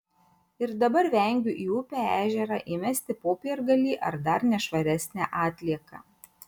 ir dabar vengiu į upę ežerą įmesti popiergalį ar dar nešvaresnę atlieką